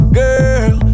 girl